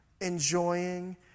enjoying